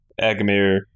Agamir